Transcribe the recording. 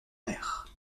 mer